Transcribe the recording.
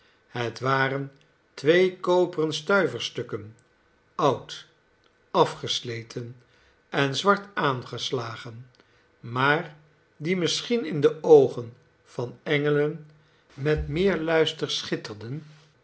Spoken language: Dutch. het waren twee koperen stuiverstukken oud afgesleten en zwart aangeslagen maar die misschien in de oogen van engelen met meerluister schitterden